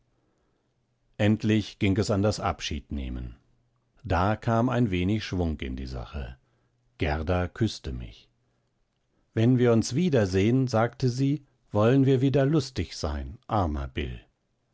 endlich ging es an das abschiednehmen da kam ein wenig schwung in die sache gerda küßte mich wenn wir uns wiedersehen sagte sie wollen wir wieder lustig sein armer bill